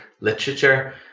literature